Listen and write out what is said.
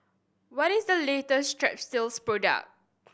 what is the latest Strepsils product